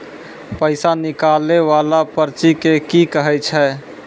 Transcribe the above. पैसा निकाले वाला पर्ची के की कहै छै?